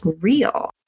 Real